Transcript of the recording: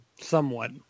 somewhat